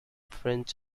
french